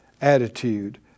attitude